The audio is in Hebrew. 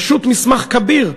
פשוט מסמך כביר.